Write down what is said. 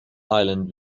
island